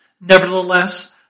Nevertheless